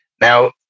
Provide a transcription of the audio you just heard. Now